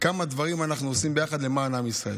כמה דברים אנחנו עושים יחד למען עם ישראל.